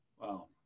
Wow